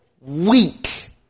weak